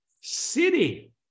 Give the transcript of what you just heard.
city